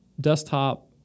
desktop